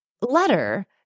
letter